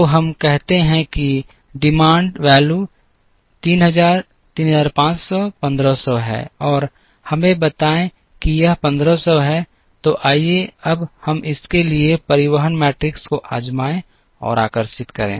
तो हम कहते हैं कि मांग मान 3000 3500 1500 हैं और हमें बताएं कि यह 1500 है तो आइए अब हम इसके लिए परिवहन मैट्रिक्स को आजमाएँ और आकर्षित करें